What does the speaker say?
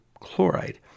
chloride